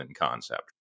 concept